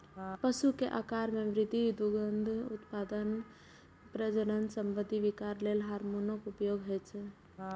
पशु के आाकार मे वृद्धि, दुग्ध उत्पादन, प्रजनन संबंधी विकार लेल हार्मोनक उपयोग होइ छै